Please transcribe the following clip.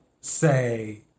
say